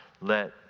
let